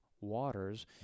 waters